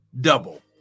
double